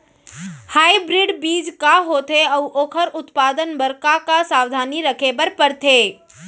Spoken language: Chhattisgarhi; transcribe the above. हाइब्रिड बीज का होथे अऊ ओखर उत्पादन बर का का सावधानी रखे बर परथे?